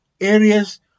areas